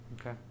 Okay